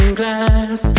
glass